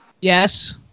Yes